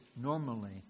normally